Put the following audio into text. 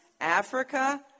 Africa